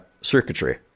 circuitry